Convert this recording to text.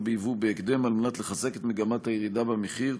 בייבוא בהקדם על מנת לחזק את מגמת הירידה במחיר,